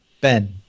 Ben